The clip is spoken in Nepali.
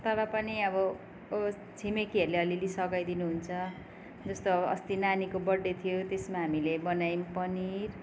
तर पनि अब उ छिमेकीहरूले अलिअलि सघाइदिनुहुन्छ जस्तो अस्ति नानीको बर्थडे थियो त्यसमा हामीले बनायौँ पनिर